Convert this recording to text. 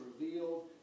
revealed